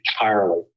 entirely